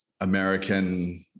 American